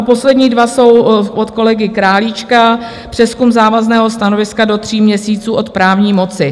Poslední dva jsou od kolegy Králíčka přezkum závazného stanoviska do tří měsíců od právní moci.